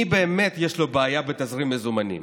למי באמת יש בעיה בתזרים מזומנים,